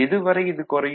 எது வரை இது குறையும்